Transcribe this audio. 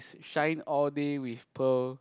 shine all day with pearl